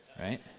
right